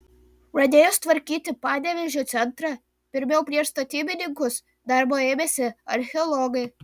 pradėjus tvarkyti panevėžio centrą pirmiau prieš statybininkus darbo ėmėsi archeologai